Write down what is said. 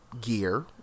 gear